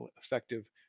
effective